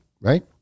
right